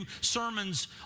sermons